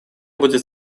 будет